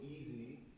easy